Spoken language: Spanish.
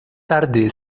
tarde